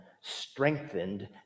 strengthened